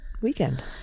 weekend